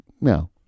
no